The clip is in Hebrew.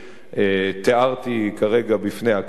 שתיארתי כרגע בפני הכנסת.